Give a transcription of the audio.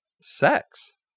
sex